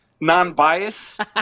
non-biased